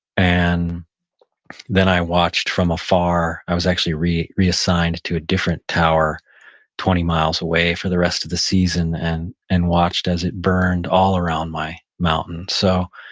and then i watched from afar. i was actually re-reassigned to a different tower twenty miles away for the rest of the season and and watched as it burned all around my mountain so,